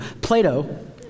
Plato